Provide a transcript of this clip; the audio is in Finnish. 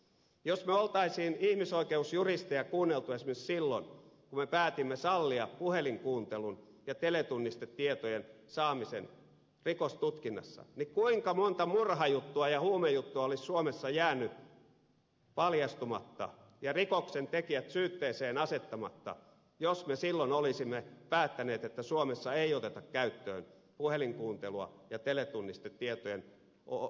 jos me olisimme ihmisoikeusjuristeja kuunnelleet esimerkiksi silloin kun päätimme sallia puhelinkuuntelun ja teletunnistetietojen saamisen rikostutkinnassa niin kuinka monta murhajuttua ja huumejuttua olisi suomessa jäänyt paljastumatta ja rikoksentekijää syytteeseen asettamatta jos me silloin olisimme päättäneet että suomessa ei oteta käyttöön puhelinkuuntelua ja teletunnistetietojen saamisoikeutta rikostutkinnassa